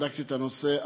בדקתי את הנושא,